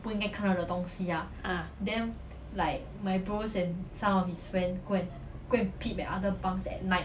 ah